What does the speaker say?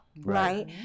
right